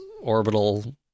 orbital